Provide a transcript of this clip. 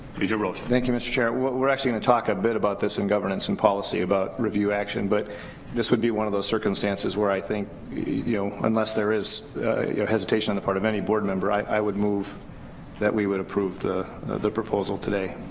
regent rosha. thank you mr. chairman. we're actually gonna talk a bit about this in governance and policy, about review action, but this would be one of those circumstances where i think unless there is hesitation on the part of any board member, i would move that we would approve the the proposal today.